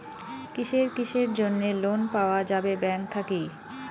কিসের কিসের জন্যে লোন পাওয়া যাবে ব্যাংক থাকি?